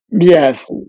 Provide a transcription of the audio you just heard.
Yes